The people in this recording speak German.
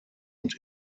und